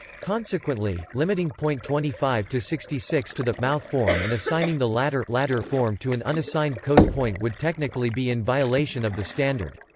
consequently, limiting point twenty five sixty six to the mouth form and assigning the latter ladder form to an unassigned code point would technically be in violation of the standard.